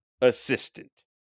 assistant